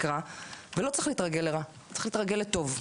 ולא צריך להתרגל לרע, צריך להתרגל לטוב.